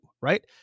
right